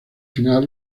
final